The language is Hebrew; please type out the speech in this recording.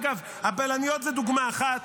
אגב, הבלניות הן דוגמה אחת,